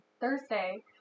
Thursday